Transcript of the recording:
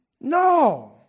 No